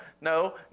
No